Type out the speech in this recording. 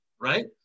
right